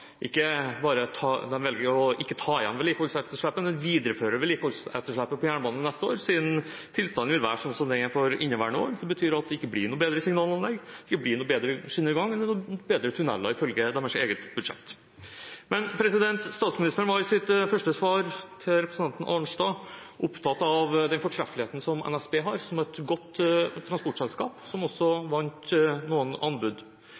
velger regjeringen ikke å ta igjen vedlikeholdsetterslepet, men viderefører vedlikeholdsetterslepet på jernbane for neste år – siden tilstanden vil være som den er for inneværende år. Det betyr at det ikke blir bedre signalanlegg, at det ikke blir bedre skinnegang eller bedre tunneler – ifølge deres eget budsjett. Statsministeren var i sitt første svar til representanten Arnstad opptatt av den fortreffeligheten som NSB har som et godt transportselskap, og som også vant noen anbud.